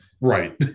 right